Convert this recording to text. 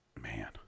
Man